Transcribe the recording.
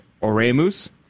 Oremus